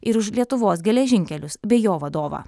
ir už lietuvos geležinkelius bei jo vadovą